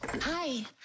Hi